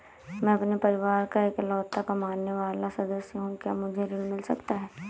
मैं अपने परिवार का इकलौता कमाने वाला सदस्य हूँ क्या मुझे ऋण मिल सकता है?